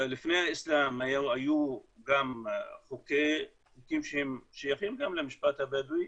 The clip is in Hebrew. לפני האיסלם היו גם חוקים שהם שייכים גם למשפט הבדואי,